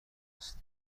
است